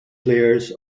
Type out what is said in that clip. players